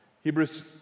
Hebrews